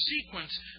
sequence